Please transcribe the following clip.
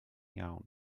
iawn